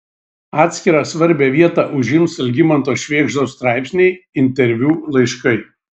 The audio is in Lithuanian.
atskirą svarbią vietą užims algimanto švėgždos straipsniai interviu laiškai